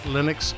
Linux